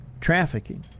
trafficking